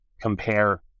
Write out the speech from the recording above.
compare